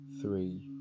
three